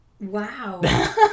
Wow